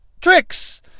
tricks